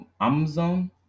Amazon